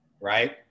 right